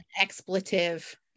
expletive